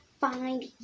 find